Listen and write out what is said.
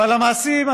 אבל המעשים,